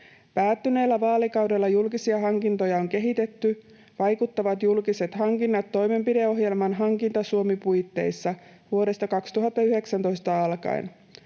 Päättyneellä vaalikaudella julkisia hankintoja on kehitetty Vaikuttavat julkiset hankinnat ‑toimenpideohjelman Hankinta-Suomi-puitteissa vuodesta 2019 alkaen.